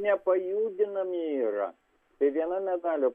nepajudinami yra tai viena medalio